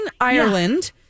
Ireland